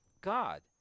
God